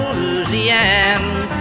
Louisiana